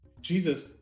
Jesus